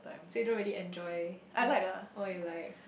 so you do really enjoy all you like